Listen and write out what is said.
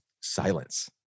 silence